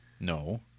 No